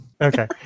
Okay